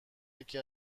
یکی